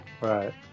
Right